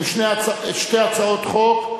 שתי הצעות חוק.